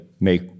make